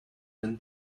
when